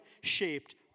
shaped